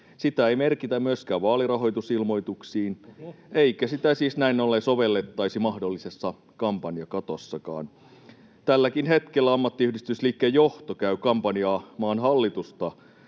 Sitä ei merkitä myöskään vaalirahoitusilmoituksiin, eikä sitä siis näin ollen sovellettaisi mahdollisessa kampanjakatossakaan. Tälläkin hetkellä ammattiyhdistysliikkeen johto käy kampanjaa maan hallitusta